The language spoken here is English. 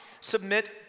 submit